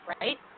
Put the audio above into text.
Right